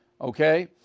Okay